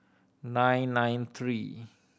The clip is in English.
nine nine three